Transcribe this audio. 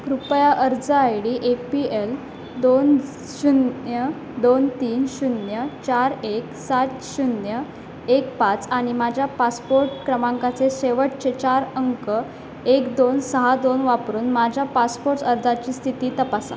कृपया अर्ज I D A P L दोन शून्य दोन तीन शून्य चार एक सात शून्य एक पाच आणि माझ्या पासपोर्ट क्रमांकाचे शेवटचे चार अंक एक दोन सहा दोन वापरून माझ्या पासपोर्ट अर्जाची स्थिती तपासा